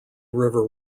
river